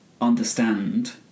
understand